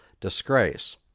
disgrace